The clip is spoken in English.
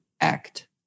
act